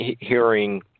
hearing